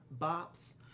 Bops